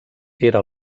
era